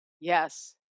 Yes